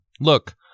Look